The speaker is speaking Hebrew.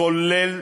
כולל